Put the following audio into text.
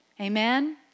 Amen